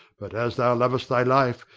but, as thou lov'st thy life,